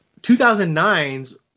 2009's